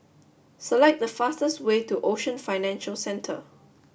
select the fastest way to Ocean Financial Centre